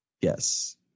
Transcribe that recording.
Yes